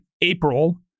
April